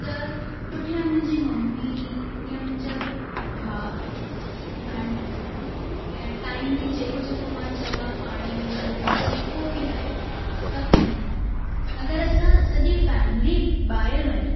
त पुठियां मुंहिंजी मम्मी या मुंहिंजा भाउ ध्यानु ॾींदा आहिनि ऐं टाइमली जेको जेको मां चवां पाणी विझणु या जेको बि आहे सभु कंदा आहिनि अगरि असां सॼी फैमिली ॿाहिरि वञूं